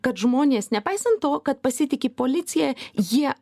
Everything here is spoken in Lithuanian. kad žmonės nepaisant to kad pasitiki policija jie